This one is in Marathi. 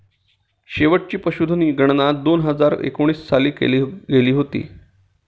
शेवटची पशुधन गणना दोन हजार एकोणीस साली केली होती